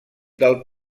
del